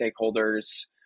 stakeholders